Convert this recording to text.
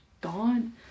gone